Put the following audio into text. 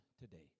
today